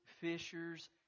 fishers